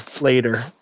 later